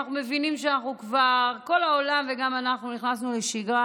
אנחנו מבינים שכל העולם וגם אנחנו נכנסנו לשגרה